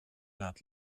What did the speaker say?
laat